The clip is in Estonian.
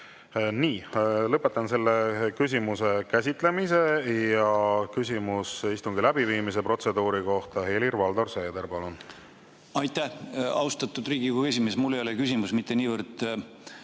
Lõpetan selle küsimuse käsitlemise. Küsimus istungi läbiviimise protseduuri kohta. Helir-Valdor Seeder, palun! Aitäh, austatud Riigikogu esimees! Mul ei ole küsimus mitte niivõrd